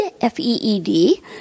F-E-E-D